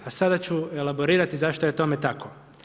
A sada ću elaborirati zašto je tome tako.